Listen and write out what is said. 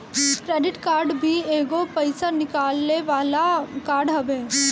credit card भी एगो पईसा निकाले वाला कार्ड हवे